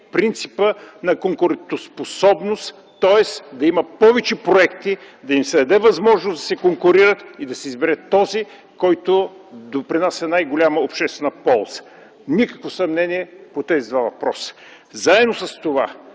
принципът на конкурентоспособност, тоест да има повече проекти, да се даде възможност да се конкурират и да се избере този, който допринася най-голяма обществена полза. Никакво съмнение по тези два въпроса. Заедно с това